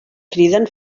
criden